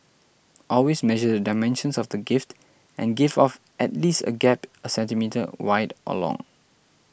always measure the dimensions of the gift and give off at least a gap a centimetre wide or long